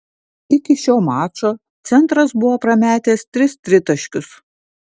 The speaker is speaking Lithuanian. iki šio mačo centras buvo prametęs tris tritaškius